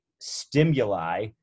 stimuli